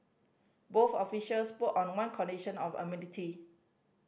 both officials spoke on one condition of